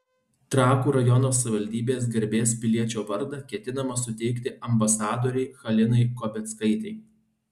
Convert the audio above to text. trakų rajono savivaldybės garbės piliečio vardą ketinama suteikti ambasadorei halinai kobeckaitei